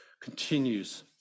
continues